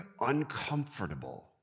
uncomfortable